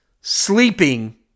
Sleeping